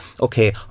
okay